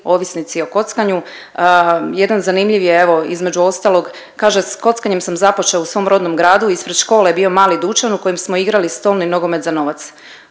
ovisnici o kockanju. Jedan zanimljiv je evo između ostalog, kaže s kockanjem sam započeo u svom rodnom gradu, ispred škole je bio mali dućan u kojem smo igrali stolni nogomet za novac.